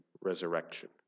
resurrection